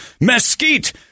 mesquite